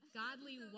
godly